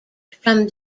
from